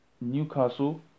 Newcastle